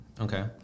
Okay